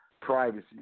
Privacy